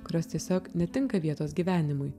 kurios tiesiog netinka vietos gyvenimui